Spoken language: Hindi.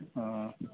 ओ